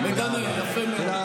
כן, כן.